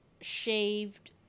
shaved